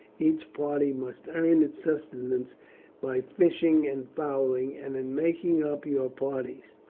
each party must earn its sustenance by fishing and fowling and in making up your parties,